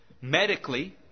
medically